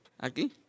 Aquí